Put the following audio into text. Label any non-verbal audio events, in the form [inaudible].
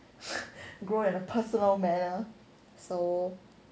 [laughs] grow in a personal manner so